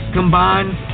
combined